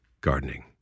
gardening